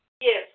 Yes